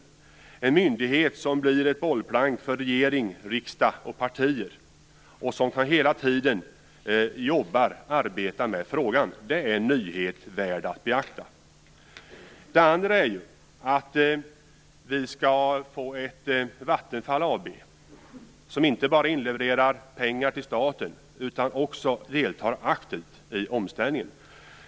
Denna myndighet blir ett bollplank för regeringen, riksdagen och partierna. Den kommer hela tiden att jobba och arbeta med energifrågan. Detta är en nyhet värd att beakta. För det andra kommer vi att få ett Vattenfall AB som inte bara inlevererar pengar till staten, utan som också deltar aktivt i omställningen.